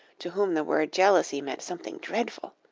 to whom the word jealousy meant something dreadful.